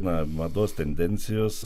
na mados tendencijos